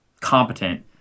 competent